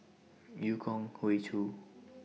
EU Kong Hoey Choo